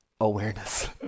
awareness